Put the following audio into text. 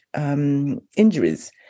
injuries